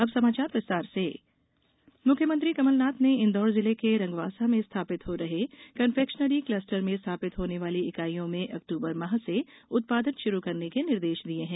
अब समाचार विस्तार से मुख्यमंत्री मुख्यमंत्री कमल नाथ ने इन्दौर जिले के रंगवासा में स्थापित हो रहे कन्फेक्शनेरी क्लस्टर में स्थापित होने वाली ईकाइयों में अक्टूबर माह से उत्पादन शुरु करने के निर्देश दिये हैं